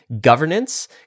governance